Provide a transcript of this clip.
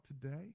today